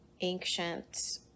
ancient